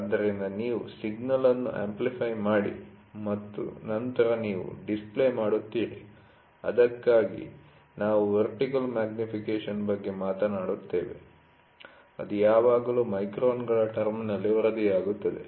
ಆದ್ದರಿಂದ ನೀವು ಸಿಗ್ನಲ್ ಅನ್ನು ಅಂಪ್ಲಿಫೈ ಮಾಡಿ ಮತ್ತು ನಂತರ ನೀವು ಡಿಸ್ಪ್ಲೇ ಮಾಡುತ್ತೀರಿ ಅದಕ್ಕಾಗಿಯೇ ನಾವು ವರ್ಟಿಕಲ್ ಮಗ್ನಿಫಿಕೇಶನ್ ಬಗ್ಗೆ ಮಾತನಾಡುತ್ತೇವೆ ಅದು ಯಾವಾಗಲೂ ಮೈಕ್ರಾನ್ಗಳ ಟಮ್ಸ್೯'ನಲ್ಲಿ ವರದಿಯಾಗುತ್ತದೆ